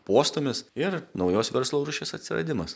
postūmis ir naujos verslo rūšies atsiradimas